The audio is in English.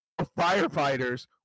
Firefighters